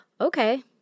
okay